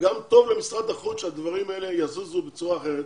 גם טוב למשרד החוץ שהדברים האלה יזוזו בצורה אחרת.